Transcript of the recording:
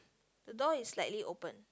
the door is slightly open